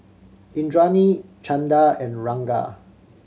Indranee Chanda and Ranga